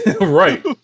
Right